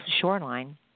shoreline